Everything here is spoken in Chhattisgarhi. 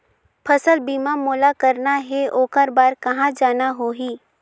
फसल बीमा मोला करना हे ओकर बार कहा जाना होही?